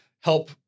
help